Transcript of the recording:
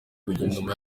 guverinoma